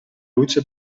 luce